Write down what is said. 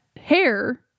hair